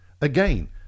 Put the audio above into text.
Again